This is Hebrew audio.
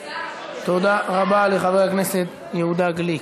תודה רבה לחבר הכנסת יהודה גליק.